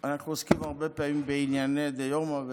אנחנו עוסקים הרבה פעמים בענייני דיומא,